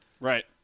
Right